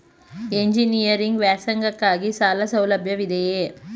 Engineering ವ್ಯಾಸಂಗಕ್ಕಾಗಿ ಸಾಲ ಸೌಲಭ್ಯವಿದೆಯೇ?